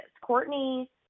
Courtney